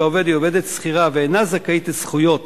העובד היא עובדת שכירה ואינה זכאית לזכויות